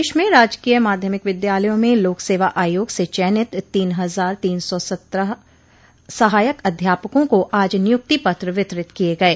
प्रदेश में राजकीय माध्यमिक विद्यालयों में लोक सेवा आयोग से चयनित तीन हजार तीन सौ सत्रह सहायक अध्यापकों को आज नियुक्ति पत्र वितरित किये गये